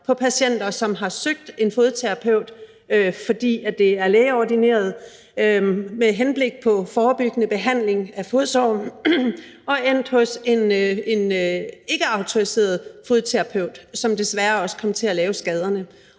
på patienter, som har søgt en fodterapeut, fordi det var lægeordineret, med henblik på forebyggende behandling af fodsår, men som endte hos en ikkeautoriseret fodterapeut, som desværre også kom til at lave skaderne.